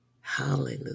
Hallelujah